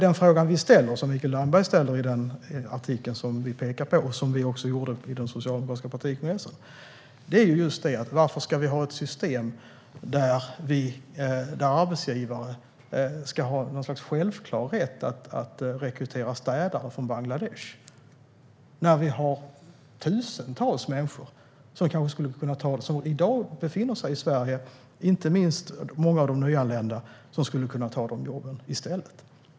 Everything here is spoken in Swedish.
Den fråga som vi ställer, som Mikael Damberg ställde i artikeln och som också ställdes på den socialdemokratiska partikongressen är: Varför ska vi ha ett system där arbetsgivare har en självklar rätt att rekrytera städare från Bangladesh, när vi har tusentals människor som befinner sig i Sverige i dag - inte minst många nyanlända - och som skulle kunna ta dessa jobb i stället?